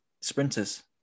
sprinters